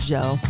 Joe